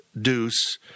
Deuce